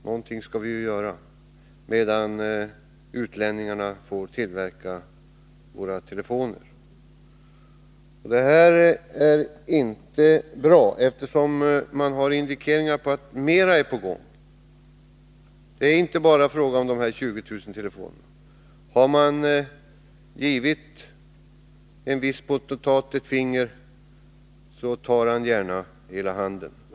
Någonting skall vi ju göra medan utlänningarna får tillverka våra telefoner. Detta är inte bra. Det finns dessutom indikationer på att mera är på gång. Det är inte bara fråga om 20 000 telefoner. Har man gett en viss potentat ett finger, tar han gärna hela handen.